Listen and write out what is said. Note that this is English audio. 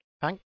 thank